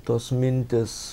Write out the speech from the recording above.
tos mintys